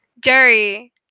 Jerry